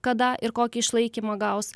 kada ir kokį išlaikymą gaus